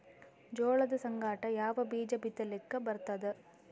ಜೋಳದ ಸಂಗಾಟ ಯಾವ ಬೀಜಾ ಬಿತಲಿಕ್ಕ ಬರ್ತಾದ?